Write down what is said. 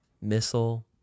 missile